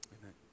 Amen